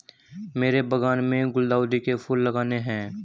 मेरे बागान में गुलदाउदी के फूल लगाने हैं